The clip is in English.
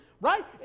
right